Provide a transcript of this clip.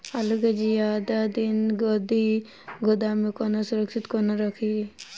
आलु केँ जियादा दिन धरि गोदाम मे कोना सुरक्षित कोना राखि?